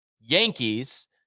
Yankees